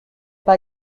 pas